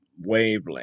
wavelength